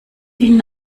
ihnen